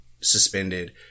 suspended